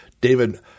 David